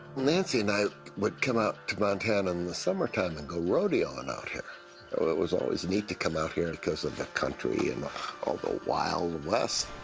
nancy and i would come up to montana in and the summertime and go rodeoing out here. oh, it was always neat to come out here because of the country and all the wild west.